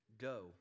Go